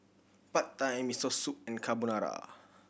Pad Thai Miso Soup and Carbonara